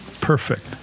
Perfect